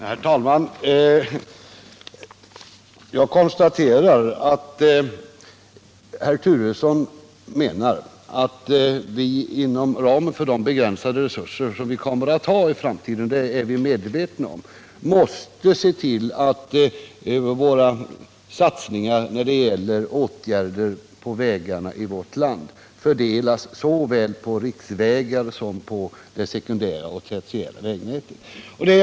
Herr talman! Jag konstaterar att herr Turesson menar att vi inom ramen för de begränsade resurser vi kommer att ha i framtiden — det är vi medvetna om — måste se till att våra satsningar när det gäller åtgärder på vägarna i vårt land fördelas såväl på riksvägar som på det sekundära — Nr 46 och tertiära vägnätet.